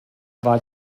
war